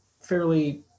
fairly